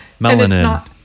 Melanin